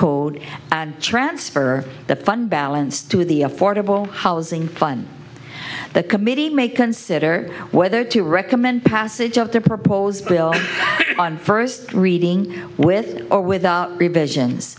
court and transfer the fund balance to the affordable housing fund the committee may consider whether to recommend passage of the proposed bill on first reading with or without revisions